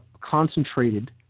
concentrated